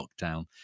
lockdown